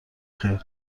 خیر